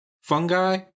Fungi